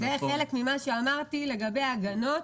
זה חלק ממה שאמרתי לגבי הגנות